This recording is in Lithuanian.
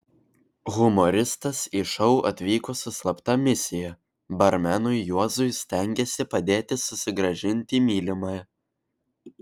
humoristas į šou atvyko su slapta misija barmenui juozui stengėsi padėti susigrąžinti mylimąją